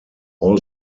all